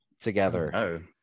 together